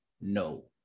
no